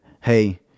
hey